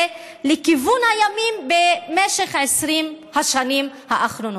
לכיוון הימין במשך 20 השנים האחרונות.